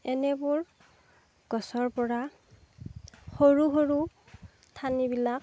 এনেবোৰ গছৰপৰা সৰু সৰু ঠানিবিলাক